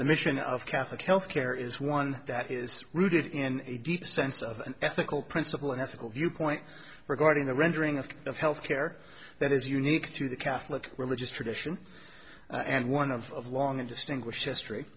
the mission of catholic health care is one that is rooted in a deep sense of an ethical principle an ethical viewpoint regarding the rendering of of health care that is unique to the catholic religious tradition and one of a long and distinguished history